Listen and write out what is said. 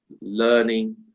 learning